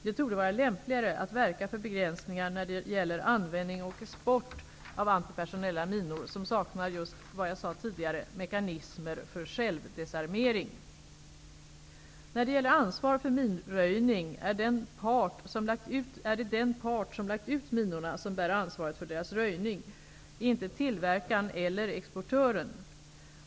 Det torde vara lämpligare att verka för begränsningar när det gäller användning och export av antipersonella minor som saknar mekanismer för självdesarmering. När det gäller ansvar för minröjning är det den part som lagt ut minorna som bär ansvaret för deras röjning -- inte tillverkaren eller exportören.